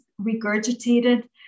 regurgitated